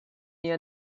near